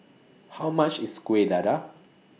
How much IS Kueh Dadar